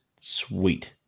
sweet